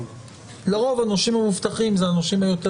לרוב הנושים המובטחים הם הנושים היותר